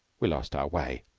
we lost our way,